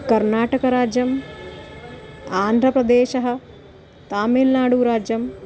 कर्नाटकराज्यम् आन्द्रप्रदेशः तामिल्नाडुराज्यम्